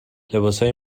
لباسهای